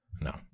No